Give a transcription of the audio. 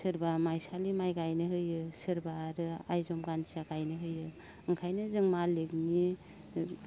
सोरबा माइसालि माइ गायनो होयो सोरबा आरो आयजं गान्थिया गायनो होयो ओंखायनो जों मालिखनि